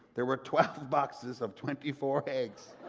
there were twelve boxes of twenty four eggs.